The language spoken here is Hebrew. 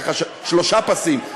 שלושה פסים.